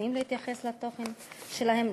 וצריכים להתייחס לתוכן שלהם,